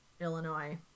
Illinois